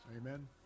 Amen